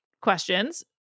questions